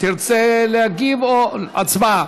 חבר הכנסת מאיר כהן, תרצה להגיב או, הצבעה.